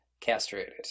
castrated